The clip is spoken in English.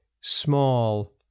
small